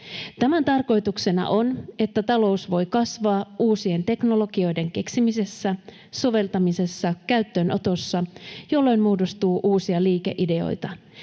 Tämän tarkoituksena on, että talous voi kasvaa uusien teknologioiden keksimisessä, soveltamisessa ja käyttöönotossa, jolloin muodostuu uusia liikeideoita.